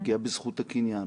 פגיעה בזכות הקניין,